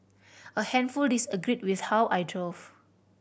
a handful disagreed with how I drove